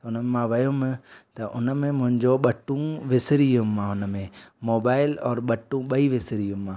उन मां वियुमि त उन में मुंहिंजो ॿटूं विसरी वियुमि मां हुन में मोबाइल और ॿटूं ॿई विसरी वियुमि मां